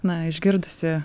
na išgirdusi